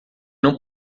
não